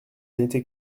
n’était